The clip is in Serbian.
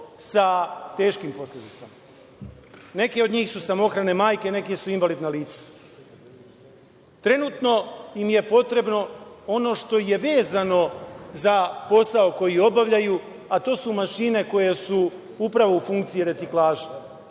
sa teškim posledicama. Neke od njih su samohrane majke, neke su invalidna lica. Trenutno im je potrebno ono što je vezano za posao koji obavljaju, a to su mašine koje su upravo u funkciji reciklaže